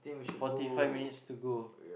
forty five minutes to go